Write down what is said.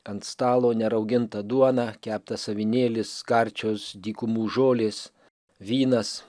ant stalo nerauginta duona keptas avinėlis karčios dykumų žolės vynas